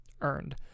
earned